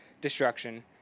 destruction